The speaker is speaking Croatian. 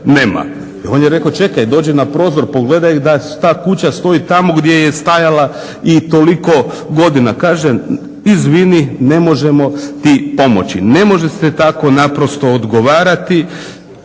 On je rekao čekaj, dođe na prozor, pogledaj da ta kuća stoji tamo gdje je stajala i toliko godina. Kaže, izvini, ne možemo ti pomoći. Ne može se tako naprosto odgovarati.